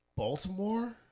Baltimore